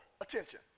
Attention